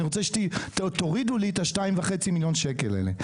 אני רוצה שתורידו לי את ה-2.5 מיליון שקלים האלה.